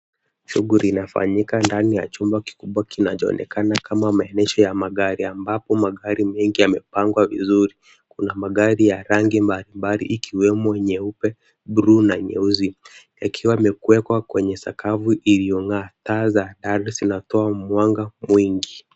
Suguli inafanyika ndani ya chumba kikubwa kinacho onekana kama maonyesho ya magari ambapo magari mengi yame pangwa vizuri. Kuna magari ya rangi mbalimbali ikiwemo nyeupe, bluu, na nyeusi, yakiwa yame kuwepo kwenye sakafu iliyo ng'aa. Taa za gari zinatoa mwanga mweupe.